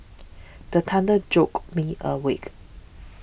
the thunder jolt me awake